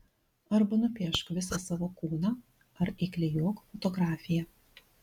arba nupiešk visą savo kūną ar įklijuok fotografiją